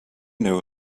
know